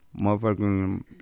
Motherfucking